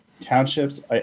townships